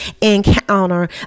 encounter